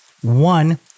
One